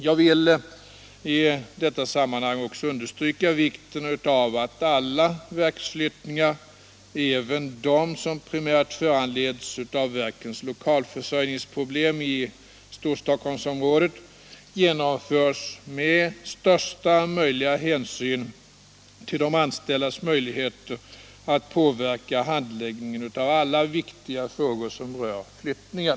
Jag vill i detta sammanhang också understryka vikten av att alla verksflyttningar — även de som primärt föranleds av verkens lokalförsörjningsproblem i Storstockholmsområdet — genomförs med största möjliga hänsyn till de anställdas möjligheter att påverka handläggningen av alla viktiga frågor som rör flyttningen.